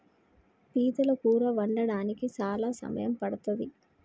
పీతల కూర వండడానికి చాలా సమయం పడ్తది